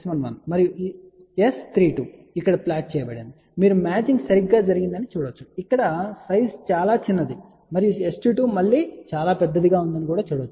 మరియు S32 ఇక్కడ plot చేయబడింది మీరు మ్యాచింగ్ సరిగ్గా జరిగిందని మీరు చూడవచ్చు ఇక్కడ సైజ్ చాలా చిన్నదని మరియు S22 మళ్ళీ చాలా పెద్దదిగా ఉందని మీరు చూడవచ్చు